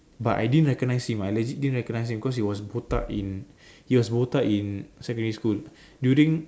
but I didn't recognise him I legit didn't recognise because he was botak in he was botak in secondary school during